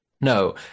No